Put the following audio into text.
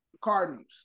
Cardinals